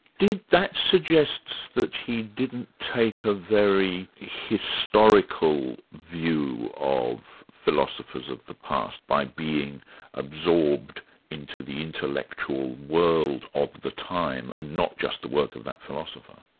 did that suggest that he didn't take a very historical view of philosophers of the past, by being absorbed into the intellectual world of the time, and not just the work of that philosopher?